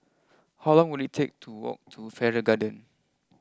how long will it take to walk to Farrer Garden